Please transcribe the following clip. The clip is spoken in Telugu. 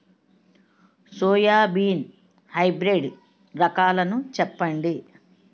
సోయాబీన్ హైబ్రిడ్ రకాలను చెప్పండి?